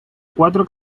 cuatro